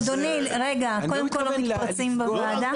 אדוני, קודם כל לא מתפרצים בוועדה.